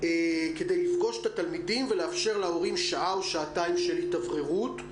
כדי לפגוש את התלמידים ולאפשר להורים שעה או שעתיים של התאווררות.